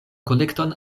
kolekton